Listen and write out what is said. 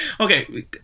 Okay